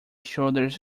shoulders